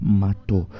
mato